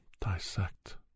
dissect